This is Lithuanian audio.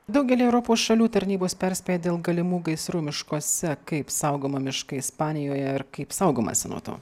daugelyje europos šalių tarnybos perspėja dėl galimų gaisrų miškuose kaip saugoma miškai ispanijoje ir kaip saugomasi nuo to